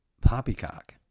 poppycock